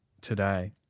today